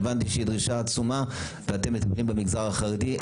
אבל צריך לזכור שמערכת החינוך ומה שאנחנו בעצם